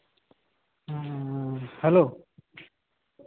hello